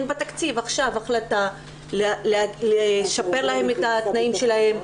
בתקציב עכשיו החלטה לשפר להן את התנאים שלהן,